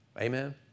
Amen